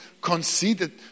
conceited